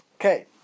okay